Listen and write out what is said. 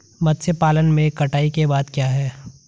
मत्स्य पालन में कटाई के बाद क्या है?